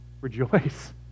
rejoice